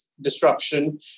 disruption